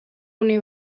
une